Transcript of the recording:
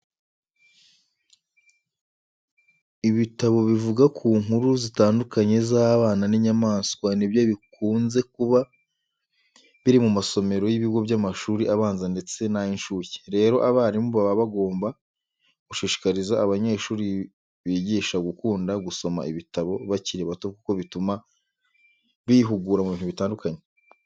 Ibitabo bivuga ku nkuru zitandukanye z'abana n'inyamaswa ni byo bikunze kuba biri mu masomero y'ibigo by'amashuri abanza ndetse n'ay'incuke. Rero abarimu baba bagomba gushishikariza abanyeshuri bigisha gukunda gusoma ibitabo bakiri bato kuko bituma bihugura mu bintu bitandukanye.